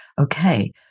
okay